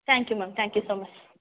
thank you ma'am thank you so much